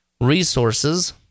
resources